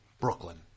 Brooklyn